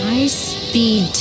High-speed